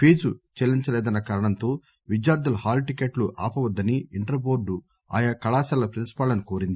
fee చెల్లించలేదన్న కారణంతో విద్యార్థుల హాల్ టిక్కెట్లు ఆపవద్దని ఇంటర్ బోర్డు ఆయా కళాశాలల ప్రిన్పిపాళ్లను కోరింది